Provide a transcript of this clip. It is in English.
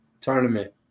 tournament